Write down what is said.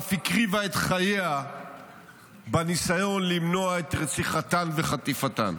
ואף הקריבה את חייה בניסיון למנוע את רציחתן וחטיפתן.